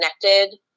connected